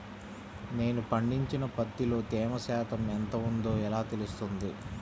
నేను పండించిన పత్తిలో తేమ శాతం ఎంత ఉందో ఎలా తెలుస్తుంది?